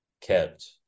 kept